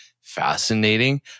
fascinating